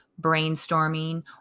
brainstorming